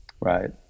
Right